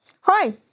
Hi